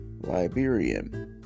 Liberian